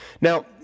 Now